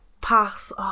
Pass